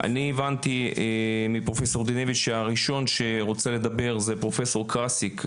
אני הבנתי שהראשון שרוצה לדבר זה פרופ' קרסיק,